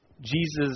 Jesus